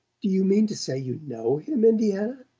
do you mean to say you know him, indiana?